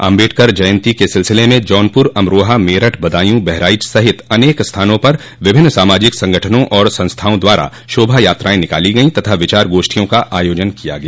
आम्बेडकर जयंती क सिलसिले में जौनपुर अमरोहा मेरठ बदायूँ बहराइच सहित अनेक स्थानों पर विभिन्न सामाजिक संगठनों और संस्थाओं द्वारा शोभा यात्राएं निकाली गयीं तथा विचार गोष्ठियों का आयोजन किया गया